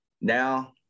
now